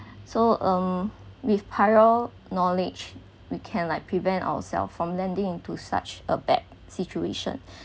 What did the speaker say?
so um with prior knowledge we can like prevent ourselves from lending into such a bad situation